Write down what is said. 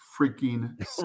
freaking